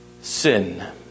sin